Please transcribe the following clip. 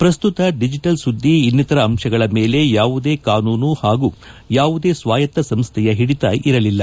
ಪ್ರಸ್ತುತ ದಿಜಿಟಲ್ ಸುದ್ದಿ ಇನ್ನಿತರ ಅಂಶಗಳ ಮೇಲೆ ಯಾವುದೇ ಕಾನೂನು ಹಾಗೂ ಯಾವುದೇ ಸ್ಲಾಯತ್ತ ಸಂಸ್ಡೆಯ ಹಿಡಿತ ಇರಲಿಲ್ಲ